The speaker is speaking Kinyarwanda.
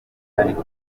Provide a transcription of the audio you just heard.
ariko